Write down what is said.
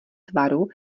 tvaru